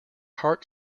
heart